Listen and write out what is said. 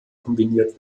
kombiniert